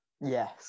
Yes